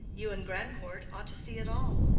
you and grandcourt ought to see it all.